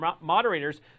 moderators